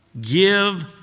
give